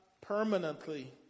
permanently